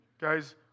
guys